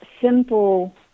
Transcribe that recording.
simple